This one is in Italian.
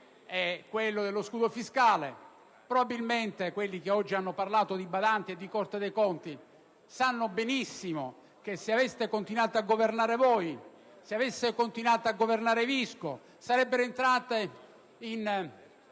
quello dello scudo fiscale, probabilmente coloro che oggi hanno parlato di badanti e di Corte dei conti sanno benissimo che se aveste continuato a governare voi, se avesse continuato a governare Visco, sarebbe entrato